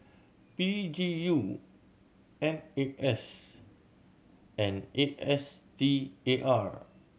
P G U N A S and A S T A R